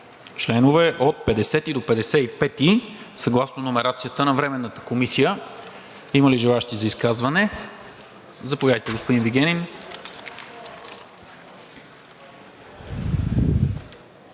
членове от 50 до 55 съгласно номерацията на Временната комисия. Има ли желаещи за изказване? Заповядайте, господин Вигенин.